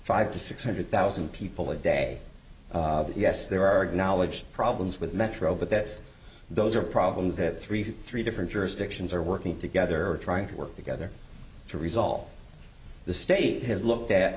five to six hundred thousand people a day yes there are knowledge problems with metro but that's those are problems at three to three different jurisdictions are working together trying to work together to resolve the state has looked at